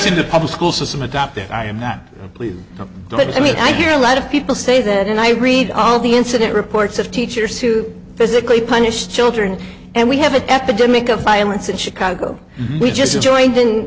in the public school system adopted i am not pleased but i mean i hear a lot of people say that and i read all the incident reports of teachers to physically punished children and we have an epidemic of violence in chicago we just joined in